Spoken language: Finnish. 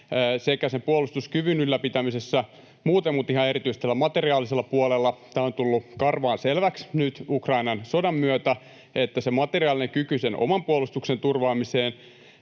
sen puolustuskyvyn ylläpitämisessä muuten että ihan erityisesti siellä materiaalisella puolella. Tämä on tullut karvaan selväksi nyt Ukrainan sodan myötä, että se materiaalinen kyky oman puolustuksen turvaamiseen